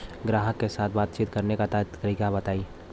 ग्राहक के साथ बातचीत करने का तरीका बताई?